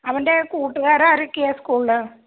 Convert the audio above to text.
അവൻ്റെ കൂട്ടുകാർ ആരൊക്കെയാണ് സ്കൂളിൽ